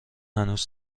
هنوز